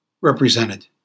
represented